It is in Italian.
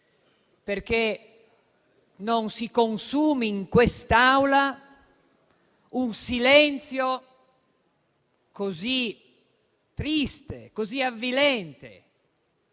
perché non si consumi in quest'Aula un silenzio così triste, così avvilente,